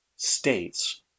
states